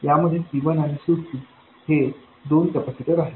यामध्ये C1आणि C2हे दोन कॅपेसिटर आहेत